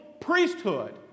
priesthood